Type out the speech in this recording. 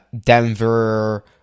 Denver